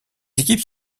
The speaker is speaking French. équipes